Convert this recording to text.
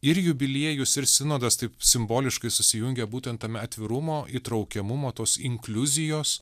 ir jubiliejus ir sinodas taip simboliškai susijungia būtent tame atvirumo įtraukiamumo tos inkliuzijos